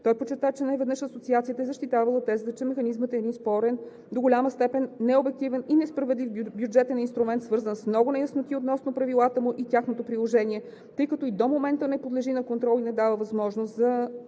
Той подчерта, че неведнъж Асоциацията е защитавала тезата, че механизмът е един спорен, до голяма степен необективен и несправедлив бюджетен инструмент, свързан с много неясноти относно правилата му и тяхното приложение, който и до момента не подлежи на контрол, и не дава възможност за